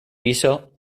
piso